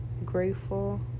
grateful